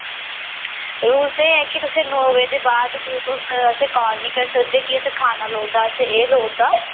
rules ऐ एह् कि तुस नौ बजे दे बाद तुस असेंगी काल नी करी सकदे कि असें खाना लोड़दा ते एह् लोड़दा